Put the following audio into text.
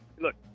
look